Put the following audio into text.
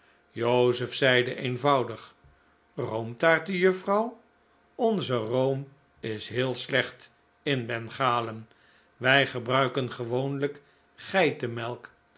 joseph zeide eenvoudig roomtaarten juffrouw onze room is heel slecht in bengalen wij gebruiken gewoonlijk geitenmelk en